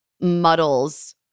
muddles